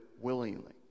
willingly